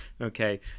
Okay